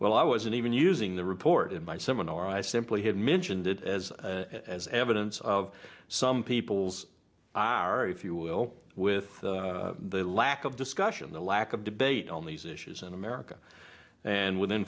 well i wasn't even using the reported by seminar i simply had mentioned it as as evidence of some people's i r if you will with the lack of discussion the lack of debate on these issues in america and within